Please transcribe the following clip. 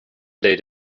date